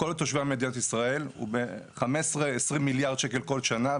לכל תושבי מדינת ישראל הוא 20 מיליארד שקל כל שנה,